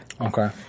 Okay